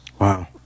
Wow